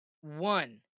one